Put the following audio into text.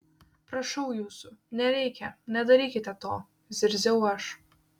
prašau jūsų nereikia nedarykite to zirziau aš